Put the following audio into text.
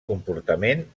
comportament